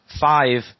five